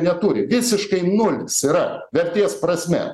neturi visiškai nulis yra vertės prasme